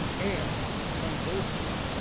and conversely,